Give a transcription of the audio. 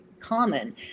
Common